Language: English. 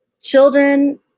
Children